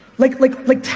like, like, like,